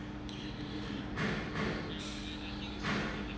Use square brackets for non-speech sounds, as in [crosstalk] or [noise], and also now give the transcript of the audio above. [breath]